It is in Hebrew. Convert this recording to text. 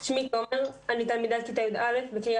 שמי תומר ואני תלמידת כיתה י"א בקרית